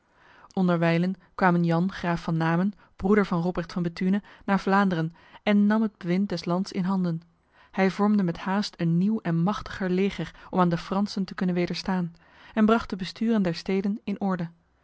onderwijlen kwam jan graaf van namen broeder van robrecht van bethune naar vlaanderen en nam het bewind des lands in handen hij vormde met haast een nieuw en machtiger leger om aan de fransen te kunnen wederstaan en bracht de besturen der steden in orde